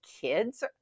kids